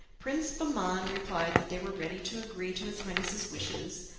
prince bahman replied that they were ready to agree to his highness's wishes,